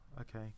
okay